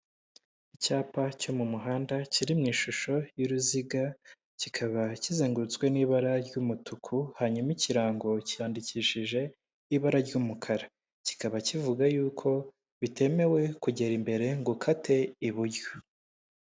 Icyapa cyo mu muhanda kiri mu ishusho y'uruziga kikaba kizengurutswe n'ibara ry'umutuku, hanyuma ikirango cyandikishije ibara ry'umukara, kikaba kivuga yuko bitemewe kugera imbere ngo ukate iburyo.